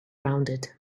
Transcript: rounded